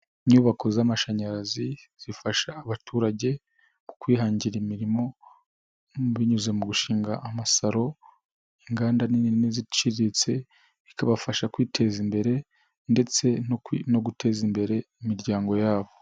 Inyubako z'amashanyarazi zifasha abaturage kwihangira imirimo binyuze mu gushinga amasaro, inganda nini n'iziciriritse, bikabafasha kwiteza imbere ndetse no guteza imbere imiryango yabo.